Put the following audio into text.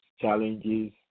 challenges